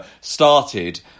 started